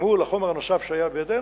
מול החומר הנוסף שהיה בידינו,